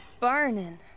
burning